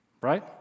Right